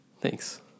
Thanks